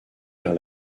vers